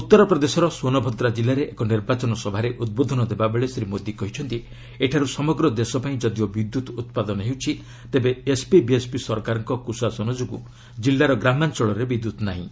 ଉତ୍ତରପ୍ରଦେଶର ସୋନଭଦ୍ରା କିଲ୍ଲାରେ ଏକ ନିର୍ବାଚନ ସଭାରେ ଉଦ୍ବୋଧନ ଦେବାବେଳେ ଶ୍ରୀ ମୋଦି କହିଛନ୍ତି ଏଠାର୍ଚ ସମଗ୍ର ଦେଶ ପାଇଁ ଯଦିଓ ବିଦ୍ୟୁତ୍ ଉତ୍ପାଦନ ହେଉଛି ତେବେ ଏସ୍ପି ବିଏସ୍ପି ସରକାରଙ୍କ କୁ ଶାସନ ଯୋଗୁଁ ଜିଲ୍ଲାର ଗ୍ରାମାଞ୍ଚଳରେ ବିଦ୍ୟୁତ୍ ନାହିଁ